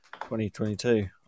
2022